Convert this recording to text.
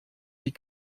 die